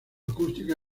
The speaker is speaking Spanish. acústica